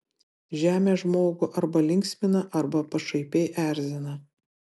žemė žmogų arba linksmina arba pašaipiai erzina